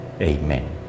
Amen